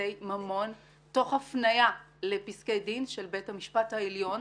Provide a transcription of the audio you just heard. יחסי ממון תוך הפנייה לפסקי דין של בית המשפט העליון,